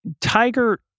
Tiger